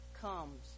comes